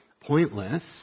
pointless